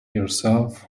yourself